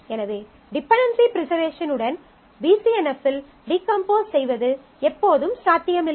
எனவே dependency preservation உடன் BCNF இல் டீகம்போஸ் செய்வது எப்போதும் சாத்தியமில்லை